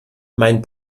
mein